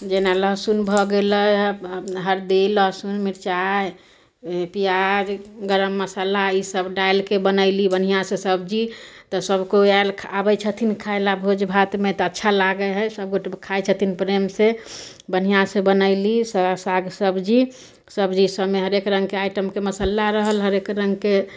जेना लहसुन भऽ गेलै हरदी लहसुन मिरचाइ पियाज गरम मसल्ला इसब डालिके बनैली बढ़िऑं से सब्जी तऽ सब कोइ आयल आबै छथिन खाइ लऽ भोज भात भोज भातमे तऽ अच्छा लागै हइ सब गोटे खाइ छथिन प्रेम से बढ़िऑं से बनेली सब साग सब्जी सब्जी सबमे हरेक रङ्गके आइटमके मसल्ला रहल हरेक रङ्गके